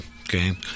Okay